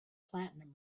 platinum